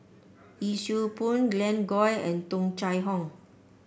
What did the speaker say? Yee Siew Pun Glen Goei and Tung Chye Hong